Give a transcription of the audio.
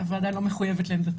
הוועדה לא מחויבת לעמדתנו.